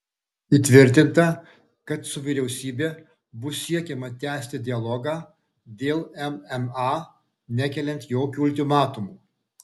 įtvirtinta kad su vyriausybe bus siekiama tęsti dialogą dėl mma nekeliant jokių ultimatumų